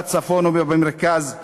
בצפון ובמרכז,